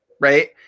right